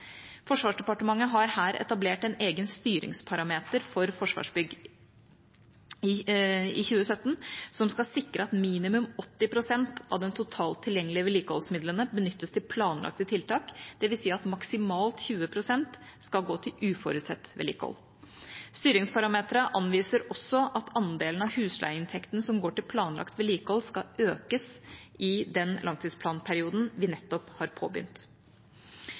Forsvarsdepartementet har her etablert en egen styringsparameter for Forsvarsbygg i 2017 som skal sikre at minimum 80 pst. av de totalt tilgjengelige vedlikeholdsmidlene benyttes til planlagte tiltak, dvs. at maksimalt 20 pst. skal gå til uforutsett vedlikehold. Styringsparameteren anviser også at andelen av husleieinntekten som går til planlagt vedlikehold, skal økes i den langtidsplanperioden vi nettopp har påbegynt.